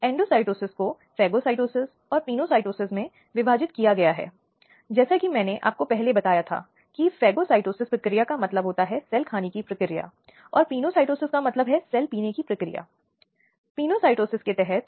संदर्भ समय को देखें 0629 तो अब जब हम इन सभी अपराधों की बात करते हैं और समान महत्वपूर्ण उपाय आते हैं या महत्व प्रक्रिया के संबंध में आता है जो कि महिलाओं के कारण या बच्चों के कारण विशेष रूप से बालिकाओं की सुरक्षा के लिए उस जगह में है